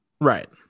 Right